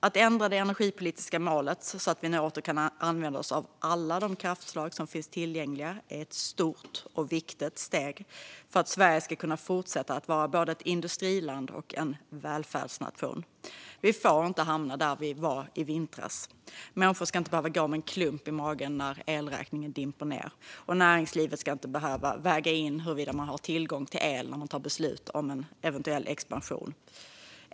Att ändra det energipolitiska målet så att vi nu åter kan använda oss av alla de kraftslag som finns tillgängliga är ett stort och viktigt steg för att Sverige ska kunna fortsätta att vara både ett industriland och en välfärdsnation. Vi får inte hamna där vi var i vintras. Människor ska inte behöva gå med en klump i magen när elräkningen dimper ned, och näringslivet ska inte behöva väga in huruvida man har tillgång till el när man fattar beslut om en eventuell expansion.